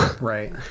Right